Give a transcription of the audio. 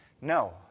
no